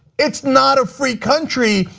it not a free country,